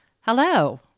Hello